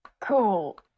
Cool